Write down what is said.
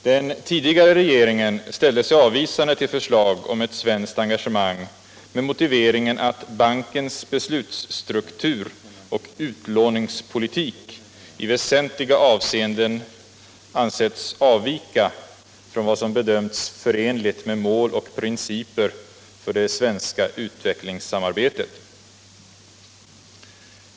Den tidigare regeringen ställde sig avvisande till ett förslag om svenskt engagemang med motivering att bankens beslutsstruktur och utlåningspolitik i väsentliga avseenden ansetts avvika från vad som bedömts förenligt med mål och principer för det svenska utvecklingssamarbetet.